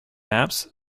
apps